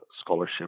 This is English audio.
scholarship